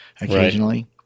occasionally